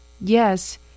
yes